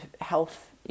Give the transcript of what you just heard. health